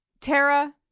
Tara